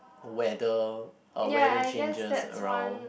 weather uh weather changes around